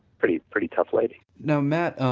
pretty pretty tough lady now matt,